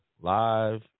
live